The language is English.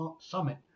summit